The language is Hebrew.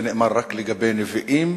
זה נאמר רק לגבי נביאים.